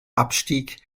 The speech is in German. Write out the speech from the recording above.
abstieg